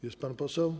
Jest pan poseł?